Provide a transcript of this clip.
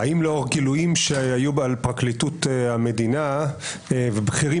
האם לאור גילויים שהיו בפרקליטות המדינה ובכירים